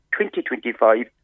2025